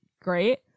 great